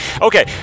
Okay